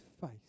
face